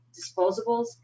disposables